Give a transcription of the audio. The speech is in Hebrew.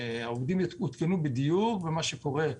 העובדים עודכנו בדיוק במה שקורה.